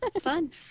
fun